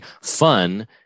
fun